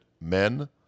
men